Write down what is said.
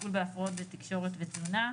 טיפול בהפרעות בתקשורת ותזונה.